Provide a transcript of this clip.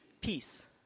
Peace